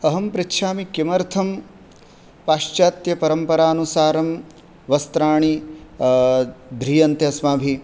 अहं पृच्छामि किमर्थं पाश्चात्यपरम्परानुसारं वस्त्राणि ध्रियन्ते अस्माभिः